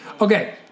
Okay